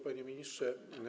Panie Ministrze!